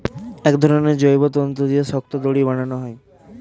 এক ধরনের জৈব তন্তু দিয়ে শক্ত দড়ি বানানো হয়